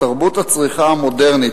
בתרבות הצריכה המודרנית,